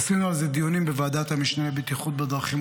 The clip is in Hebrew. עשינו על זה דיונים בוועדת המשנה לבטיחות בדרכים,